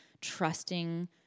trusting